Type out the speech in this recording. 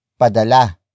Padala